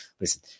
listen